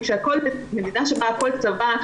כי במדינה שבה הכול צבא,